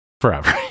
Forever